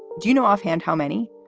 do you know offhand how many?